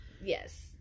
yes